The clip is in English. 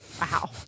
Wow